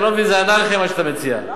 אתה לא מבין, זה אנרכיה מה שאתה מציע.